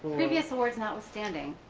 previous words notwithstanding.